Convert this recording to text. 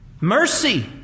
mercy